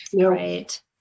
right